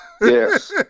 Yes